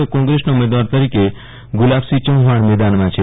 તો કાંગ્રેસના ઉમદવાર તરીકે ગલાબસિંહ ચાહાણ મેદાનમાં છે